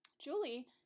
Julie